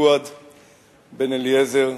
פואד בן-אליעזר,